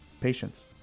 patience